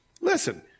Listen